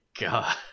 God